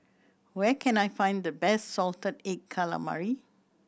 where can I find the best salted egg calamari